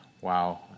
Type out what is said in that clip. wow